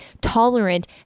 tolerant